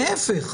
להפך,